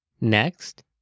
Next